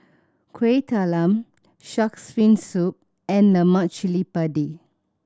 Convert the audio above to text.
Kuih Talam Shark's Fin Soup and lemak cili padi